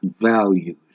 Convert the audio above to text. values